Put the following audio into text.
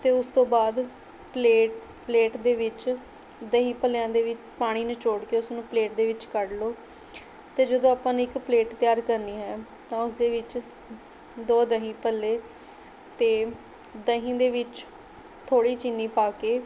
ਅਤੇ ਉਸ ਤੋਂ ਬਾਅਦ ਪਲੇਟ ਪਲੇਟ ਦੇ ਵਿੱਚ ਦਹੀਂ ਭੱਲਿਆਂ ਦੇ ਵੀ ਪਾਣੀ ਨਿਚੋੜ ਕੇ ਉਸ ਨੂੰ ਪਲੇਟ ਦੇ ਵਿੱਚ ਕੱਢ ਲਉ ਅਤੇ ਜਦੋਂ ਆਪਾਂ ਨੇ ਇੱਕ ਪਲੇਟ ਤਿਆਰ ਕਰਨੀ ਹੈ ਤਾਂ ਉਸਦੇ ਵਿੱਚ ਦੋ ਦਹੀਂ ਭੱਲੇ ਅਤੇ ਦਹੀਂ ਦੇ ਵਿੱਚ ਥੋੜ੍ਹੀ ਚੀਨੀ ਪਾ ਕੇ